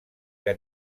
que